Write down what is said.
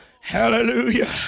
Hallelujah